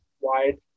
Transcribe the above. wide